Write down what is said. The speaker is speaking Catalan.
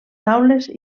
taules